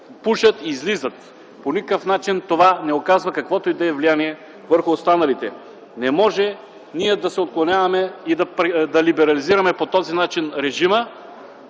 пушат и излизат, но по никакъв начин това не оказва каквото и да е влияние върху останалите. Не може ние да се отклоняваме и да либерализираме по този начин режима,